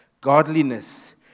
godliness